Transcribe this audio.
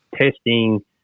testing